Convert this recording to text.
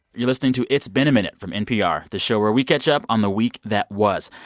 you're listening to it's been a minute from npr, the show where we catch up on the week that was.